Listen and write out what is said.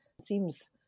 Seems